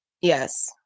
Yes